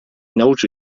nauczy